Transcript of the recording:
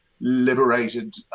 liberated